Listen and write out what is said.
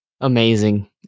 Amazing